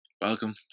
welcome